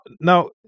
now